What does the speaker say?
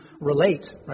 relate